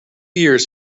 years